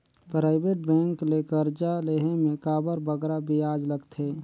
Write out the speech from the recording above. private bank ले करजा लेहे में काबर बगरा बियाज लगथे